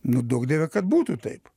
nu duok dieve kad būtų taip